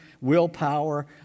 willpower